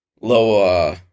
low